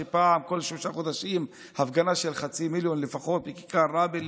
שפעם בשלושה חודשים נעשה הפגנה של חצי מיליון לפחות בכיכר רבין,